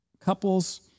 couples